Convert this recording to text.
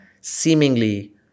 seemingly